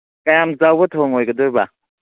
ꯀꯌꯥꯝ ꯆꯥꯎꯕ ꯊꯣꯡ ꯑꯣꯏꯒꯗꯣꯏꯕ